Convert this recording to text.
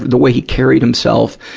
the way he carried himself,